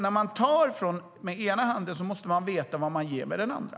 När man tar med ena handen måste man veta vad man ger med den andra.